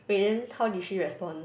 wait then how did she respond